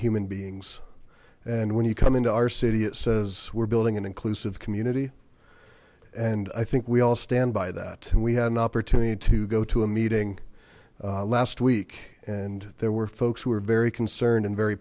human beings and when you come into our city it says we're building an inclusive community and i think we all stand by that and we had an opportunity to go to a meeting last week and there were folks who are very concerned and very